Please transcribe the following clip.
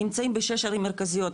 נמצאים בשש ערים מרכזיות,